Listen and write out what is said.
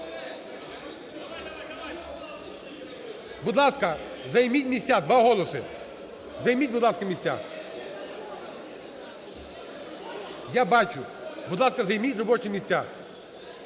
Будь ласка, займіть місця, два голоси. Займіть, будь ласка, місця. Я бачу. Будь ласка, займіть робочі місця.